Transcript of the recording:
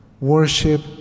Worship